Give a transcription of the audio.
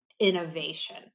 innovation